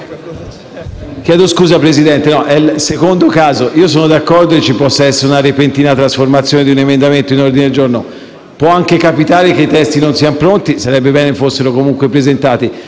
Signor Presidente, è il secondo caso. Sono d'accordo che ci possa essere una repentina trasformazione di un emendamento in ordine del giorno, può anche capitare che i testi non siano pronti, ma sarebbe bene che fossero comunque presentati.